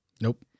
Nope